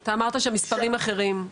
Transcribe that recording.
אתה אמרת שם מספרים אחרים.